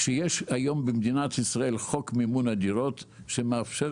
שיש היום במדינת ישראל את חוק מימון הדירות שמאפשר